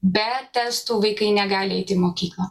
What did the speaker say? be testų vaikai negali eiti į mokyklą